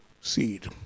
seed